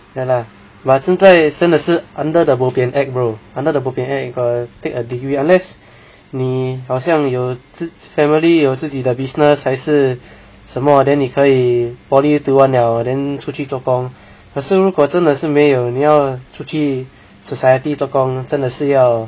ya lah but 现在真的是 under the bo bian act bro under the bo bian act you got to take a degree unless 你好像有自 family 有自己的 business 还是什么 then 你可以 poly 读完 liao then 出去做工可是如果真的是没有你要出去 society 做工真的是要